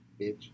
bitch